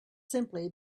simply